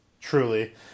truly